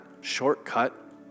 shortcut